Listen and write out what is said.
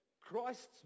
Christ's